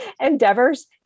endeavors